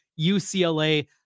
UCLA